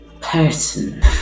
person